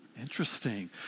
Interesting